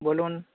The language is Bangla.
বলুন